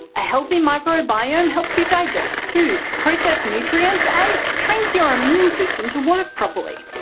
a healthy microbiome helps you digest food, process nutrients and trains your immune system to work properly.